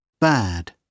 Bad